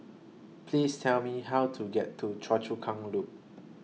Please Tell Me How to get to Choa Chu Kang Loop